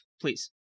please